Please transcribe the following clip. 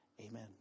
Amen